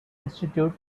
institute